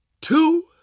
two